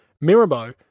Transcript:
Mirabeau